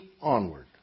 onward